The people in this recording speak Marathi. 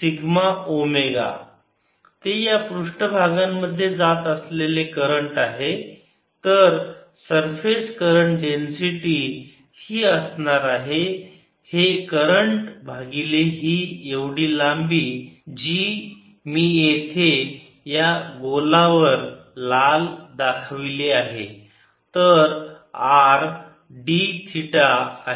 सिग्मा ओमेगा ते या पृष्ठ भागांमध्ये जात असलेले करंट आहे तर सरफेस करंट डेन्सिटी ही असणार आहे हे करंट भागिले ही एवढी लांबी जी मी येथे या गोलावर लाल दाखवली आहे जी R d थिटा आहे